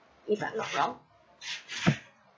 if I'm not wrong